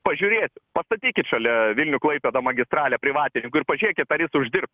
pažiūrėsim pastatykit šalia vilnių klaipėdą magistralę privatininkui ir pažiūrėkit ar jis uždirbs